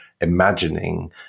imagining